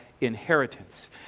inheritance